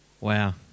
Wow